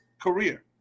career